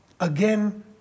again